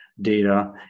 data